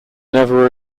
never